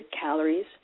calories